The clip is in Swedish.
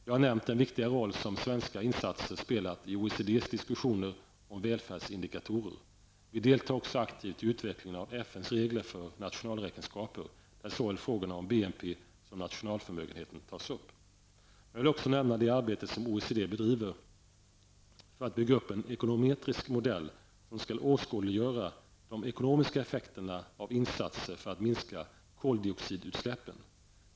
Jag har nämnt den viktiga roll som svenska insatser spelat i OECDs diskussioner om välfärdsindikatorer. Vi deltar också aktivt i utvecklingen av FNs regler för nationalräkenskaper, där frågorna om såväl BNP som nationalförmögenhet tas upp. Men jag vill också nämna det arbete som OECD bedriver för att bygga upp en ekonometrisk modell, som skall åskådliggöra de ekonomiska effekterna av insatser för att minska koldioxidutsläppen.